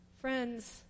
Friends